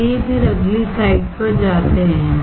चलिए फिर अगली स्लाइड पर जाते हैं